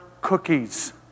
cookies